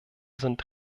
sind